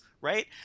right